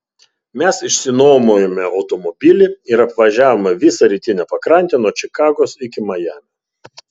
mes išsinuomojome automobilį ir apvažiavome visą rytinę pakrantę nuo čikagos iki majamio